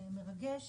זה מרגש